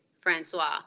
Francois